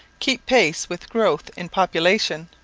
keep pace with growth in population.